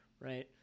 right